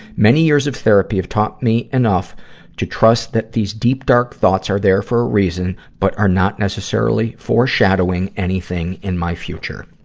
many years of therapy have taught me enough to trust that these deep, dark thoughts are there for a reason, but are not necessarily foreshadowing anything in my future.